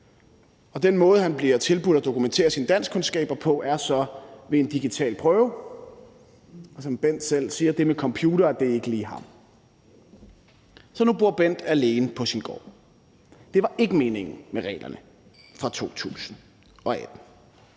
Den måde, han bliver tilbudt at dokumentere sine danskkundskaber på, er så ved en digital prøve, men som Bent selv siger, er det med computere ikke lige ham. Så nu bor Bent alene på sin gård. Det var ikke meningen med reglerne fra 2018,